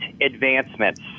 advancements